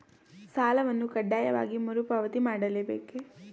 ಸಾಲವನ್ನು ಕಡ್ಡಾಯವಾಗಿ ಮರುಪಾವತಿ ಮಾಡಲೇ ಬೇಕೇ?